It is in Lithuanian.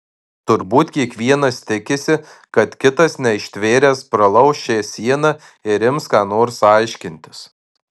turbūt kiekvienas tikisi kad kitas neištvėręs pralauš šią sieną ir ims ką nors aiškintis